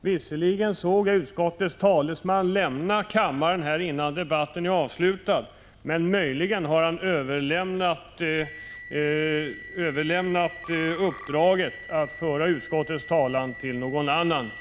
Visserligen såg jag utskottets talesman lämna kammaren innan debatten avslutats, men han har möjligen överlämnat uppdraget att föra utskottets talan till någon annan.